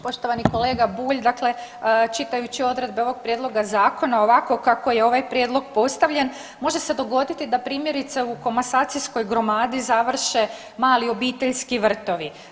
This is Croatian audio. Poštovani kolega Bulj dakle čitajući odredbe ovog prijedloga zakona ovako kako je ovaj prijedlog postavljen može se dogoditi da primjerice u komasacijskoj gromadi završe mali obiteljski vrtovi.